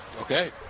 Okay